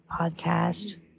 podcast